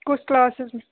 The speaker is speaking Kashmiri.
کُس کٕلاسَس